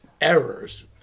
errors